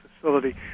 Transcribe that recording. facility